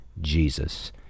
Jesus